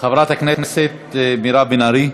חברת הכנסת מירב בן ארי,